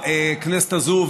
בכנסת הזאת,